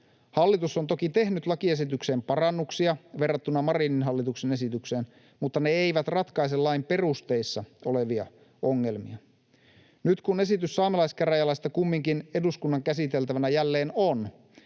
Hallitus on toki tehnyt lakiesitykseen parannuksia verrattuna Marinin hallituksen esitykseen, mutta ne eivät ratkaise lain perusteissa olevia ongelmia. Nyt kun esitys saamelaiskäräjälaista kumminkin eduskunnan käsiteltävänä jälleen on,